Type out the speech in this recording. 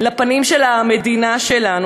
של הפנים של המדינה שלנו,